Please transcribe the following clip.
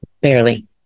Barely